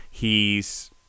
hes